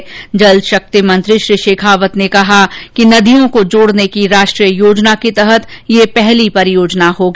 इस अवसर पर जलशक्ति मंत्री श्री शेखावत ने कहा कि नदियों को जोड़ने की राष्ट्रीय योजना के तहत यह पहली परियोजना होगी